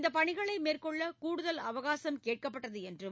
இந்த பணிகளை மேற்கொள்ள கூடுதல் அவகாசம் கேட்கப்பட்டது என்றும்